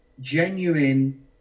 genuine